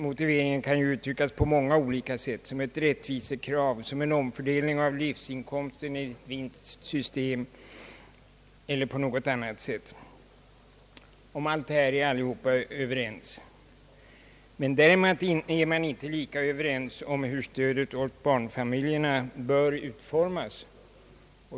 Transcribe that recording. Motiveringen kan ju uttryckas på många olika sätt — det gäller ett rättvisekrav, en omfördelning av livsinkomsten enligt ett visst system, osv. — men om detta är alla överens. Däremot är man inte lika överens om hur stödet åt barnfamiljerna bör utformas.